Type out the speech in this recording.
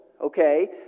okay